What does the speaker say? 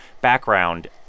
background